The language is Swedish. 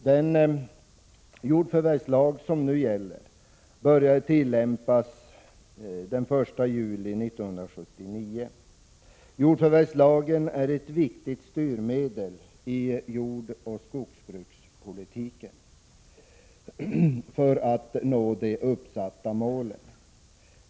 Den jordförvärvslag som nu gäller började tillämpas den 1 juli 1979. Jordförvärvslagen är ett viktigt styrmedel i jordoch skogsbrukspolitiken för att nå de uppsatta målen.